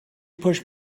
push